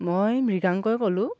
মই মৃগাংকই ক'লোঁ